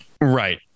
Right